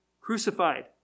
crucified